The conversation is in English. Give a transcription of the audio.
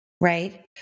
right